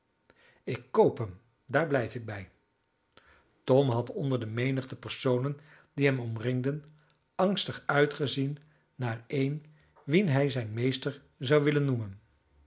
ik koop hem daar blijf ik bij tom had onder de menigte personen die hem omringden angstig uitgezien naar een wien hij zijn meester zou willen noemen